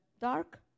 Dark